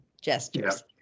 gestures